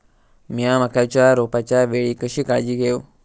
मीया मक्याच्या रोपाच्या वेळी कशी काळजी घेव?